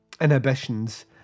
inhibitions